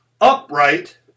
upright